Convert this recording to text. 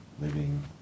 Living